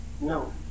No